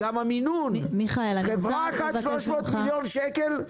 גם המינון, חברה אחת, 300 מיליון שקל?